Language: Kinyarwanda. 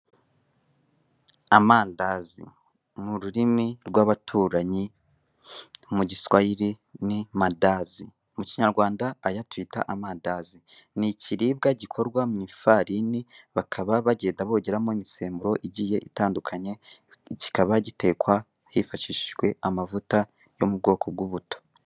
Amandazi ni ururimi rw'abaturanyi mu giswayili ni madazi mu Kinyarwanda aya tuyita amandazi, ni ikiribwa gikorwa mu ifarini bakaba bagenda bongeramo imisemburo igiye itandukanye kikaba gitekwa hifashishijwe amavuta yo mu bwoko bw'ubuto.